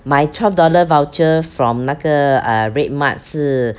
my twelve dollar voucher from 那个 uh Redmart 是